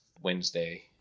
Wednesday